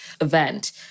event